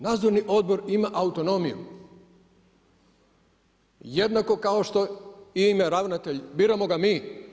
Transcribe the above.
Nadzorni odbor ima autonomiju jednako kao što ima ravnatelj, biramo ga mi.